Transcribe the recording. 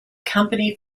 company